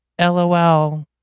lol